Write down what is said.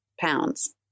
pounds